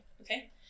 okay